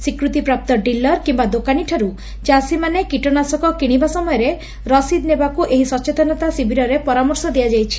ସ୍ୱୀକୃତିପ୍ରାପ୍ତ ଡ଼ିଲର କିମ୍ବା ଦୋକାନୀଠାରୁ ଚାଷୀମାନେ କୀଟନାଶକ କିଶିବା ସମୟରେ ରସିଦ ନେବାକୁ ଏହି ସଚେତନତା ଶିବିରରେ ପରାମର୍ଶ ଦିଆଯାଇଛି